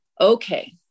okay